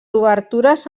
obertures